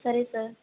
సరే సార్